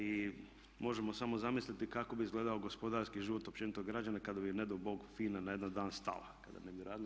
I možemo samo zamisliti kako bi izgledao gospodarski život općenito građana kada bi ne dao bog FINA na jedan dan stala, kada ne bi radila.